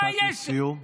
משפט לסיום.